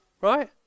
right